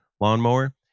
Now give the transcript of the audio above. lawnmower